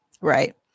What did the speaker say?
Right